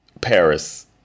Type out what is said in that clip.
Paris